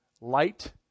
light